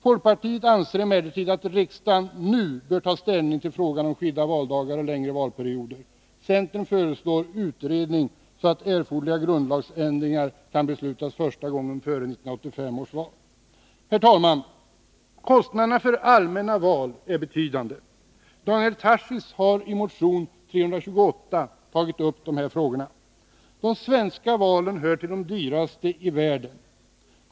Folkpartiet anser emellertid att riksdagen nu bör ta ställning till frågan om skilda valdagar och längre valperioder. Centern föreslår en utredning, så att erforderliga grundlagsändringar kan beslutas första gången före 1985 års val. Herr talman! Kostnaderna för allmänna val är betydande. Daniel Tarschys har i motion 328 tagit upp de här frågorna. De svenska valen hör till de dyraste i världen.